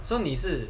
so 你是